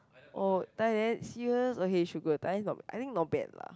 oh Thailand c_o_s okay should go Thailand got I think not bad lah